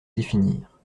définir